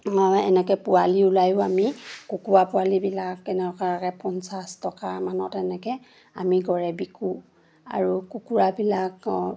এনেকৈ পোৱালি ওলায়ো আমি কুকুৰা পোৱালিবিলাক কেনেকুৱাকৈ পঞ্চাছ টকা মানত এনেকৈ আমি গড়ে বিকো আৰু কুকুৰাবিলাক